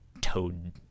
toad